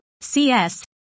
CS